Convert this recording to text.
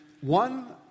one